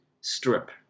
Strip